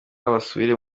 basubire